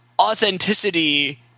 authenticity –